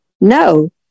No